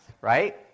right